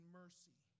mercy